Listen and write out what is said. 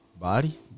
Body